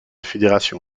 fédération